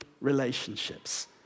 relationships